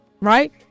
right